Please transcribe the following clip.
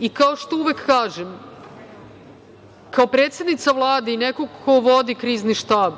i kao što uvek kažem, kao predsednica Vlade i neko ko vodi Krizni štab